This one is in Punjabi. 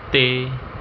ਤੇ